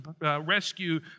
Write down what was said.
rescue